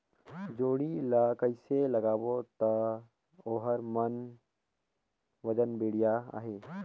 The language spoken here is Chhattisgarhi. जोणी ला कइसे लगाबो ता ओहार मान वजन बेडिया आही?